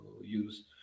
use